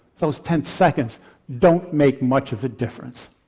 those ten seconds don't make much of a difference.